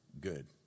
good